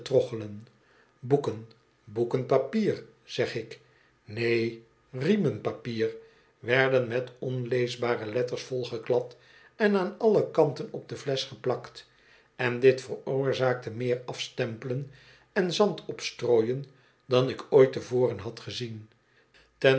boeken boeken papier zeg ik neen riemen papier werden met onleesbare letters volgeklad en aan alle kanten op de flesch geplakt en dit veroorzaakte meer afstempelen en zand opstrooien dan ik ooit te voren had gezien